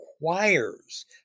requires